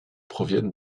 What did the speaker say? proviennent